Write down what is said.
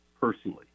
personally